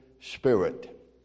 Spirit